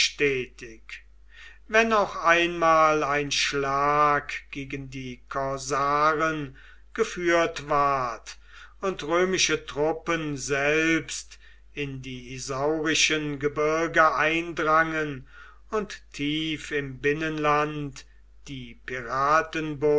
wenn auch einmal ein schlag gegen die korsaren geführt ward und römische truppen selbst in die isaurischen gebirge eindrangen und tief im binnenland die